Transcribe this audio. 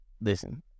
Listen